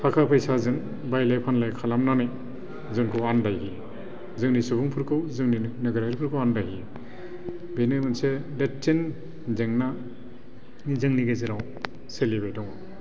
थाखा फैसाजों बायलाय फानलाय खालामनानै जोंखौ आनदायहोयो जोंनि सुबुंफोरखौ जोंनिनो नोगोरारिफोरखौ आनदायहोयो बेनो मोनसे देदसिन जेंना जोंनि गेजेराव सोलिबाय दङ